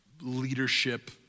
leadership